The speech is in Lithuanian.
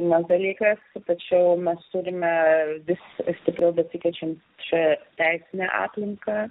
nes dalykas tačiau mes turime vis stipriau besikeičiant šią teisinę aplinką